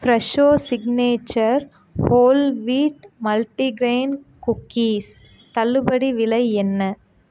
Fresho signature whole wheat multigrain cookies தள்ளுபடி விலை என்ன